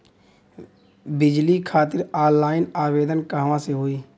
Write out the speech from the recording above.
बिजली खातिर ऑनलाइन आवेदन कहवा से होयी?